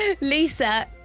Lisa